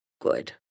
good